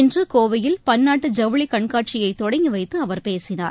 இன்று கோவையில் பன்னாட்டு ஜவுளிக் கண்காட்சியை தொடங்கி வைத்து அவர் பேசினார்